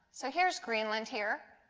so here is greenland here.